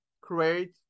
create